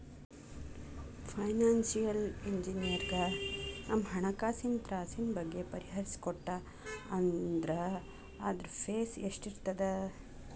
Financial ಇಂಜಿನಿಯರಗ ನಮ್ಹಣ್ಕಾಸಿನ್ ತ್ರಾಸಿನ್ ಬಗ್ಗೆ ಬಗಿಹರಿಸಿಕೊಟ್ಟಾ ಅಂದ್ರ ಅದ್ರ್ದ್ ಫೇಸ್ ಎಷ್ಟಿರ್ತದ?